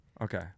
Okay